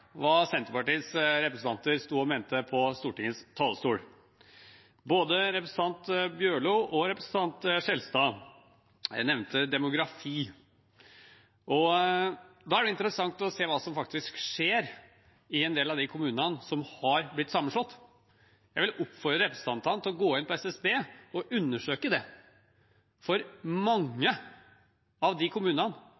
Senterpartiets representanter sto og mente på Stortingets talerstol. Både representanten Bjørlo og representanten Skjelstad nevnte demografi. Da er det interessant å se hva som faktisk skjer i en del av de kommunene som har blitt sammenslått. Jeg vil oppfordre representantene til å gå inn på SSB og undersøke det, for mange